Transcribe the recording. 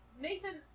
Nathan